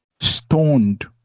Stoned